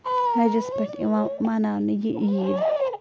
حَجس پٮ۪ٹھ یِوان مناونہٕ یہِ عیٖد